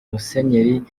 musenyeri